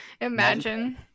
Imagine